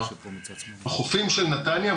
החופים של נתניה,